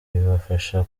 bibafasha